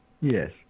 Yes